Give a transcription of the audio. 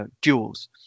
duels